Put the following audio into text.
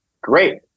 Great